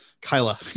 Kyla